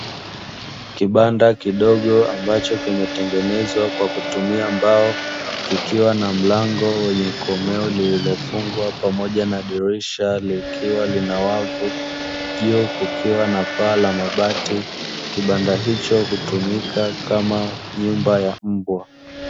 Kibanda kidogo ambacho kimetengenezwa kwa kutumia mbao, kikiwa na mlango wenye komeo lililofungwa pamoja na dirisha likiwa lina wavu, juu kukiwa na paa la mabati. Kibanda hicho hutumika kama nyumba ya mbwa.